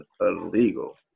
illegal